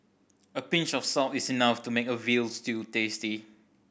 a pinch of salt is enough to make a veal stew tasty